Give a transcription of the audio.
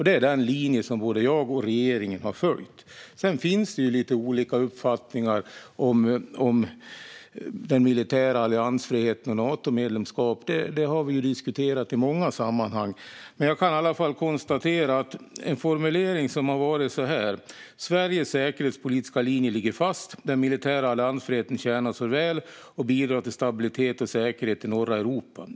Det är den linje både jag och regeringen har följt. Visst finns det lite olika uppfattningar om den militära alliansfriheten och Natomedlemskap, och det har vi diskuterat i många sammanhang. En formulering lyder så här: Sveriges säkerhetspolitiska linje ligger fast. Den militära alliansfriheten tjänar oss väl och bidrar till stabilitet och säkerhet i norra Europa.